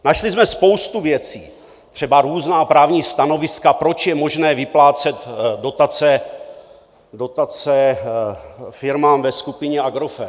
Našli jsme spoustu věcí, třeba různá právní stanoviska, proč je možné vyplácet dotace firmám ve skupině Agrofert.